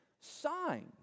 signs